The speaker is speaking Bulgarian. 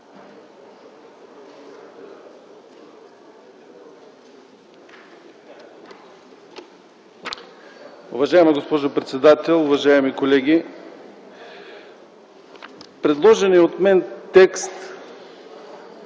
Уважаема госпожо председател, уважаеми колеги! Предложният от мен текст,